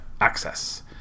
Access